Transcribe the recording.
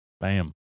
Bam